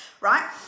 right